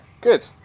good